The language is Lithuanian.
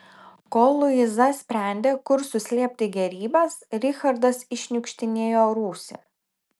kol luiza sprendė kur suslėpti gėrybes richardas iššniukštinėjo rūsį